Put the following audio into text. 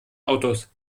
autos